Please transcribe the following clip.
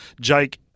Jake